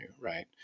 right